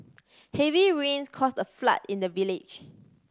heavy rains caused a flood in the village